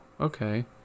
okay